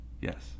Yes